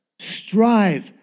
strive